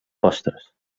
postres